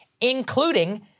including